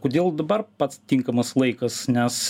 kodėl dabar pats tinkamas laikas nes